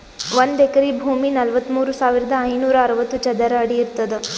ಒಂದ್ ಎಕರಿ ಭೂಮಿ ನಲವತ್ಮೂರು ಸಾವಿರದ ಐನೂರ ಅರವತ್ತು ಚದರ ಅಡಿ ಇರ್ತದ